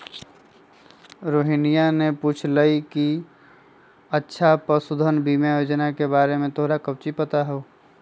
रोहिनीया ने पूछल कई कि अच्छा पशुधन बीमा योजना के बारे में तोरा काउची पता हाउ?